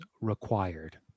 required